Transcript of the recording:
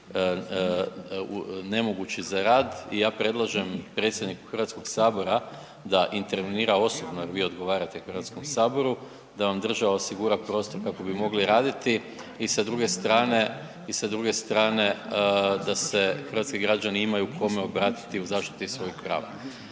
nemogući za rad. Ja predlažem predsjedniku HS-a da intervenira osobno jer vi odgovarate HS-u da vam država osigura prostor kako bi mogli raditi. I sa druge strane, i sa druge strane, da se hrvatski građani imaju kome obratiti u zaštiti svojih prava.